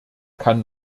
kann